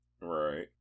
Right